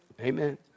Amen